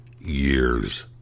years